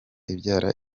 ibyara